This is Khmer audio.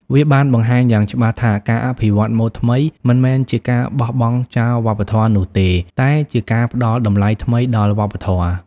វាបានបង្ហាញយ៉ាងច្បាស់ថាការអភិវឌ្ឍម៉ូដថ្មីមិនមែនជាការបោះបង់ចោលវប្បធម៌នោះទេ តែជាការផ្តល់តម្លៃថ្មីដល់វប្បធម៌។